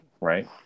right